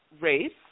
race